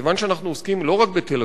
כיוון שאנחנו עוסקים לא רק בתל-אביב,